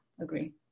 agree